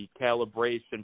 calibration